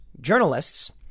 journalists